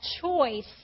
choice